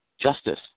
justice